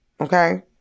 Okay